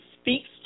speaks